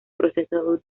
proceso